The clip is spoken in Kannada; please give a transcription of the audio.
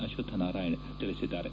ಅಶ್ವಥ್ ನಾರಾಯಣ್ ತಿಳಿಸಿದ್ದಾರೆ